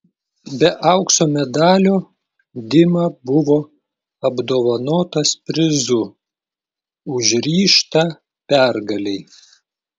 be aukso medalio dima buvo apdovanotas prizu už ryžtą pergalei